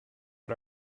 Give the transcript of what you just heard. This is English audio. but